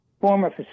former